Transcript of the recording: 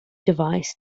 device